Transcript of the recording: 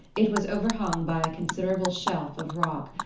it was overhung by a considerable shelf of rock,